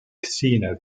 casino